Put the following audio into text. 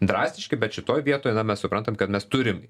drastiški bet šitoj vietoj na mes suprantam kad mes turim